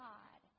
God